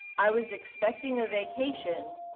i was expecting a vacation,